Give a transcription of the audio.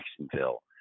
Jacksonville